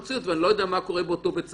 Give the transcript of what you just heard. אני גם לא יודע מה קורה באותו בית ספר.